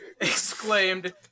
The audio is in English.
exclaimed